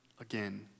again